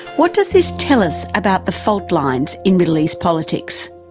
what does this tell us about the fault lines in middle east politics?